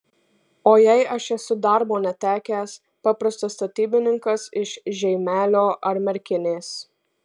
o jei aš esu darbo netekęs paprastas statybininkas iš žeimelio ar merkinės